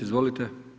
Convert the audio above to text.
Izvolite.